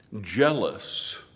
jealous